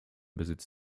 besitz